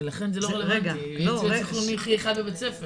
ולכן זה לא רלוונטי -- -בבית ספר.